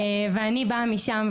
ואני באה משם.